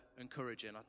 encouraging